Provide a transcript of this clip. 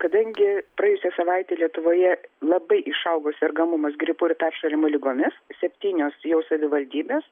kadangi praėjusią savaitę lietuvoje labai išaugo sergamumas gripo ir peršalimo ligomis septynios jau savivaldybės